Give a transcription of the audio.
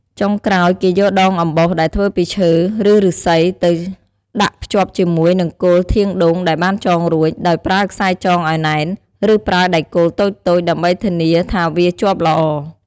ចុងក្រោយគេយកដងអំបោសដែលធ្វើពីឈើ ឬឫស្សីទៅដាក់ភ្ជាប់ជាមួយនឹងគល់ធាងដូងដែលបានចងរួច ដោយប្រើខ្សែចងឲ្យណែន ឬប្រើដែកគោលតូចៗ ដើម្បីធានាថាវាជាប់ល្អ។